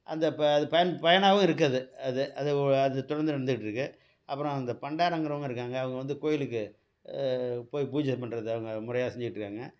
அந்த இப்போ அது பயன் பயனாகவும் இருக்குது அது அது அது ஓ அது தொடர்ந்து நடந்துகிட்டுருக்கு அப்புறம் அந்த பண்டாரங்கிறவங்க இருக்காங்க அவங்க வந்து கோவிலுக்கு போய் பூஜை பண்ணுறது அவங்க முறையாக செஞ்சிட்டுருக்காங்க